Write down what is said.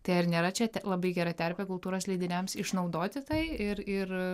tai ar nėra čia labai gera terpė kultūros leidiniams išnaudoti tai ir ir